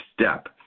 Step